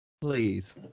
Please